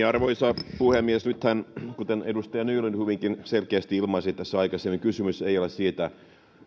arvoisa puhemies nythän kuten edustaja nylund hyvinkin selkeästi ilmaisi tässä aikaisemmin kysymys ei ole siitä